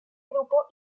grupo